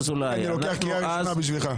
אני לוקח קריאה ראשונה בשבילך.